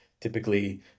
typically